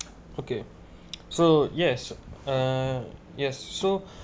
okay so yes uh yes so